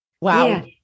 wow